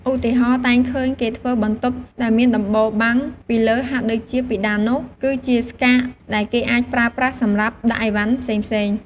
ឧទាហរណ៍ តែងឃើញគេធ្វើបន្ទប់ដែលមានដំបូលបាំងពីលើហាក់ដូចជាពិដាននោះ គឺជាស្កាកដែលគេអាចប្រើប្រាស់សម្រាប់ដាក់ឥវ៉ាន់ផ្សេងៗ ។